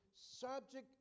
subject